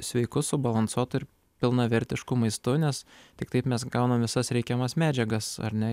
sveiku subalansuotu ir pilnavertišku maistu nes tik taip mes gaunam visas reikiamas medžiagas ar ne